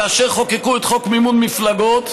כאשר חוקקו את חוק מימון מפלגות,